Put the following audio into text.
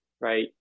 right